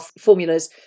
formulas